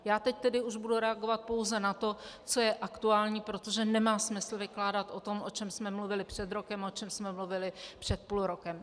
Já teď tedy už budu reagovat pouze na to, co je aktuální, protože nemá smysl vykládat o tom, o čem jsme mluvili před rokem, o čem jsme mluvili před půl rokem.